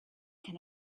can